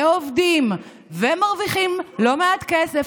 ועובדים ומרוויחים לא מעט כסף,